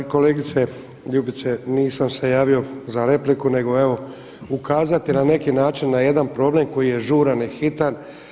Ma kolegice Ljubice nisam se javio za repliku, nego evo ukazati na neki način na jedan problem koji je žuran i hitan.